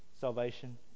Salvation